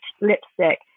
lipstick